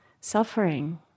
suffering